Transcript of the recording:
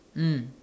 mm